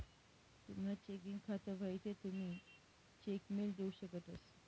तुमनं चेकिंग खातं व्हयी ते तुमी चेक मेल देऊ शकतंस